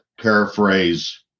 paraphrase